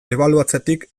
ebaluatzetik